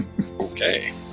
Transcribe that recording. okay